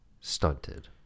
stunted